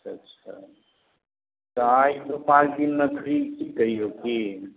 अच्छा अच्छा तऽ अहाँ ऐतहुँ पॉँच दिन लऽ फ्री की कहियौ की